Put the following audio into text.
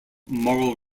moral